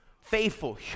faithful